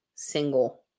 Single